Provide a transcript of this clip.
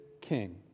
king